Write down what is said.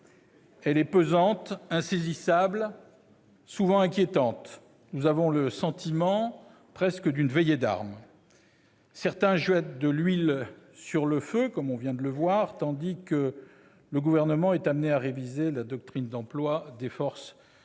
Elle est pesante, insaisissable, souvent inquiétante. Nous avons le sentiment presque d'une veillée d'armes. Certains jettent de l'huile sur le feu, comme on vient de le voir, tandis que le Gouvernement est amené à réviser la doctrine d'emploi des forces de l'ordre.